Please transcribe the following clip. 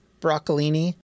broccolini